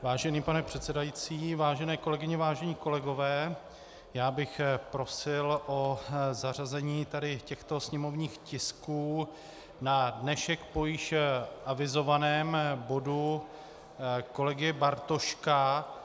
Vážený pane předsedající, vážené kolegyně, vážení kolegové, já bych prosil o zařazení tady těchto sněmovních tisků na dnešek po již avizovaném bodu kolegy Bartoška.